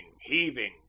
heaving